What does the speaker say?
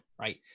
right